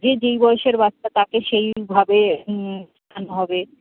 যে যেই বয়সের বাচ্চা তাকে সেইভাবে শেখানো হবে